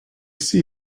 see